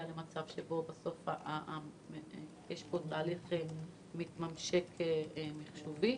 למצב שבו בסוף יש תהליך מתממשק מחשובי.